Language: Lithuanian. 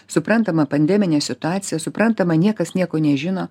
suprantama pandeminė situacija suprantama niekas nieko nežino